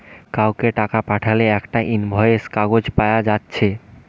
কাউকে টাকা পাঠালে একটা ইনভয়েস কাগজ পায়া যাচ্ছে